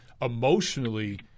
emotionally